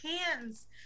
hands